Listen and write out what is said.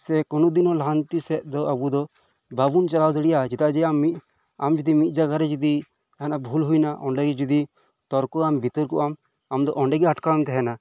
ᱥᱮ ᱠᱳᱱᱳ ᱫᱤᱱᱳ ᱞᱟᱦᱟᱱᱛᱤᱥᱮᱫ ᱫᱚ ᱟᱵᱚ ᱫᱚ ᱵᱟᱵᱚᱱ ᱪᱟᱞᱟᱣ ᱫᱟᱲᱮᱣᱟᱜᱼᱟ ᱪᱮᱫᱟᱜ ᱡᱮ ᱟᱢ ᱢᱤᱫ ᱟᱢ ᱡᱩᱫᱤ ᱢᱤᱫ ᱡᱟᱭᱜᱟᱨᱮ ᱡᱩᱫᱤ ᱡᱟᱦᱟᱱᱟᱜ ᱵᱷᱩᱞ ᱦᱳᱭ ᱮᱱᱟ ᱚᱸᱰᱮᱜᱮ ᱡᱩᱫᱤ ᱛᱚᱨᱠᱚᱜ ᱟᱢ ᱵᱤᱛᱚᱨᱠᱚ ᱟᱢ ᱟᱢ ᱫᱚ ᱚᱸᱰᱮ ᱜᱮ ᱟᱴᱠᱟᱣᱮᱢ ᱛᱟᱦᱮᱱᱟ